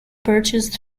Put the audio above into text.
purchased